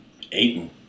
Aiden